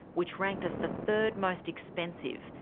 which ranked us the third most expensive,